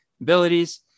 abilities